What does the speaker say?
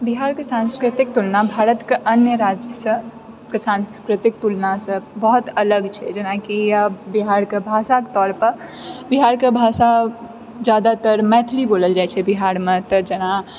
बिहारके सांस्कृतिक तुलना भारतके अन्य राज्यसँ सांस्कृतिक तुलनासँ बहुत अलग छै जेनाकि बिहारके भाषाके तौरपर बिहारके भाषा जादातर मैथिली बोलल जाइ छै बिहारमे तऽ